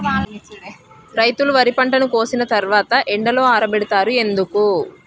రైతులు వరి పంటను కోసిన తర్వాత ఎండలో ఆరబెడుతరు ఎందుకు?